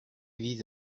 vise